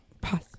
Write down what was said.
Pause